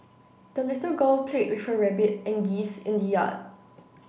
the little girl played with her rabbit and geese in the yard